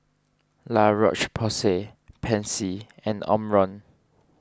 La Roche Porsay Pansy and Omron